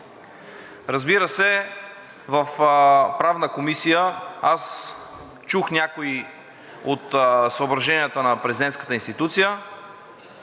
Разбира се, в Правната комисия аз чух някои от съображенията на президентската институция,